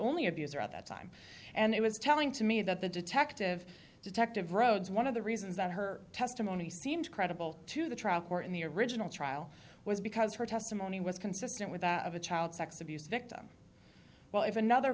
only abuser at that time and it was telling to me that the detective detective rhodes one of the reasons that her testimony seemed credible to the trial court in the original trial was because her testimony was consistent with that of a child sex abuse victim well if another